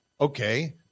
Okay